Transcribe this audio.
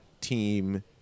team